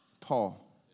Paul